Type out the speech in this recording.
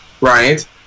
right